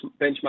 Benchmark